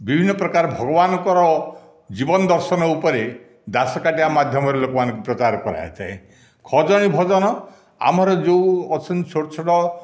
ବିଭିନ୍ନ ପ୍ରକାର ଭଗବାନଙ୍କର ଜୀବନଦର୍ଶନ ଉପରେ ଦାସକାଠିଆ ମାଧ୍ୟମରେ ଲୋକମାନଙ୍କୁ ଉପକାର କରାଇଥାଏ ଖଞ୍ଜଣି ଭଜନ ଆମର ଯେଉଁ ଅଛନ୍ତି ଛୋଟ ଛୋଟ